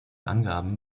angaben